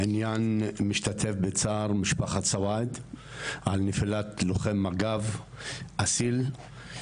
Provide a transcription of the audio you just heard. משתתף בצער משפחת סואעד על נפילת לוחם מגב, אסיל.